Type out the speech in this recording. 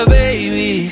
baby